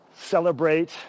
Celebrate